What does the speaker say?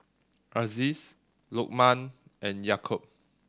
Aziz Lokman and Yaakob